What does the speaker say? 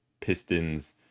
Pistons